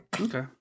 Okay